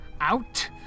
out